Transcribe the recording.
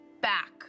back